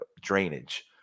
drainage